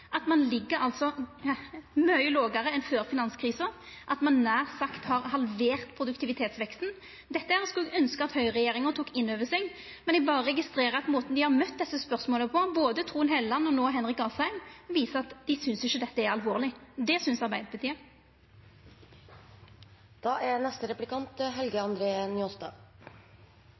at ein ligg mykje lågare enn før finanskrisa, og at ein nær sagt har halvert produktivitetsveksten. Dette skulle eg ønskja at høgreregjeringa tok innover seg, men eg berre registrerer at måten dei har møtt desse spørsmåla på – både Trond Helleland og Henrik Asheim – viser at dei ikkje synest dette er alvorleg. Det synest